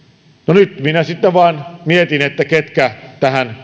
no nyt minä sitten vain mietin ketkä tähän